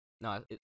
No